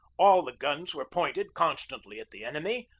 all the guns were pointed constantly at the enemy,